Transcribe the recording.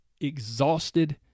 exhausted